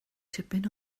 tipyn